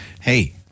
Hey